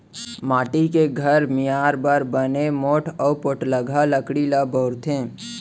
माटी के घर मियार बर बने मोठ अउ पोठलगहा लकड़ी ल बउरथे